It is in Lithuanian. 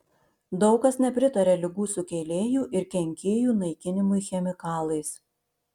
daug kas nepritaria ligų sukėlėjų ir kenkėjų naikinimui chemikalais